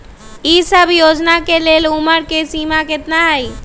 ई सब योजना के लेल उमर के सीमा केतना हई?